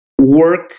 work